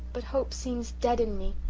but hope seems dead in me.